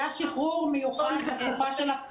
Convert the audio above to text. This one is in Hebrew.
היה שחרור מיוחד לתקופה של הקורונה.